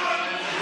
אללה אכבר.